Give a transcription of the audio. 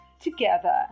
together